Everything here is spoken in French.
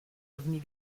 avenue